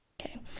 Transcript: Okay